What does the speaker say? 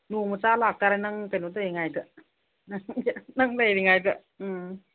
ꯅꯣꯡꯃ ꯆꯥ ꯂꯥꯛꯇꯔꯦ ꯅꯪ ꯀꯩꯅꯣ ꯇꯧꯏꯉꯩꯗ ꯅꯪ ꯂꯩꯔꯤꯉꯩꯗ ꯎꯝ